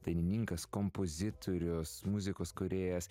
dainininkas kompozitorius muzikos kūrėjas